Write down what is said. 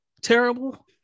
terrible